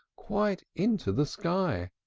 quite into the sky.